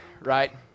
right